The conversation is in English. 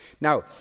Now